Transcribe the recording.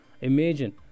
imagine